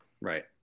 Right